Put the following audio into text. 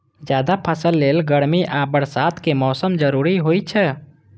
जायद फसल लेल गर्मी आ बरसात के मौसम जरूरी होइ छै